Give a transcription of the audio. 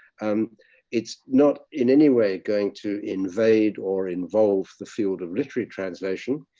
um it's not in any way going to invade or involve the field of literary translation.